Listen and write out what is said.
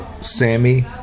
Sammy